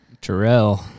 Terrell